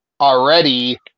already